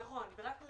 נכון, וכפי